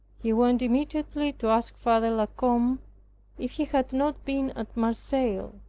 he went immediately to ask father la combe if he had not been at marseilles.